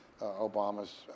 Obama's